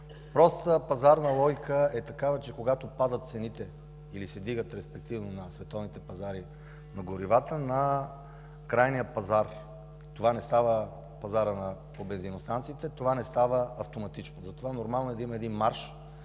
простата пазарна логика е такава, че когато падат цените на горивата или се вдигат респективно на световните пазари, на крайния пазар, на пазара по бензиностанциите, това не става автоматично. Затова нормално е да има един марж